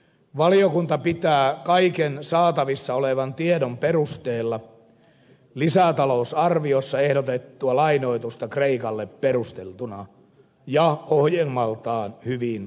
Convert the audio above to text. valiokunta pitää kaiken saatavissa olevan tiedon perusteella lisätalousarviossa ehdotettua lainoitusta kreikalle perusteltuna ja ohjelmaltaan hyvin rakennettuna